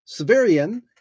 Severian